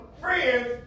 friends